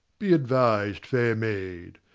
be advis'd, fair maid.